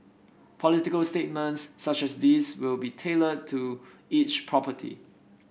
political statements such as these will be tailored to each property